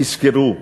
תזכרו,